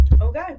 okay